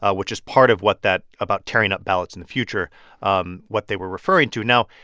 ah which is part of what that about tearing up ballots in the future um what they were referring to now,